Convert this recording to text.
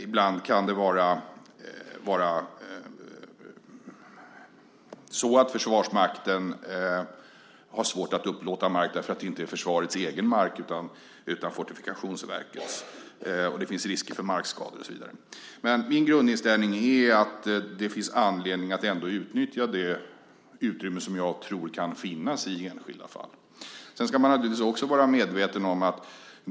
Ibland kan Försvarsmakten ha svårt att upplåta mark för att det inte är försvarets egen mark utan Fortifikationsverkets, och det kan finnas risker för markskador och så vidare. Men min grundinställning är att det finns anledning att ändå utnyttja det utrymme som jag tror kan finnas i enskilda fall.